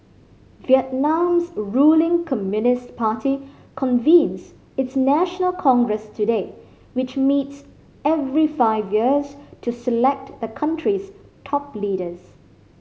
Vietnam's ruling Communist Party convenes its national congress today which meets every five years to select a country's top leaders